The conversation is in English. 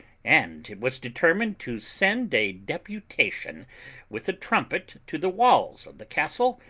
and it was determined to send a deputation with a trumpet to the walls of the castle,